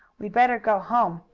we'd better go home.